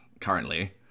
currently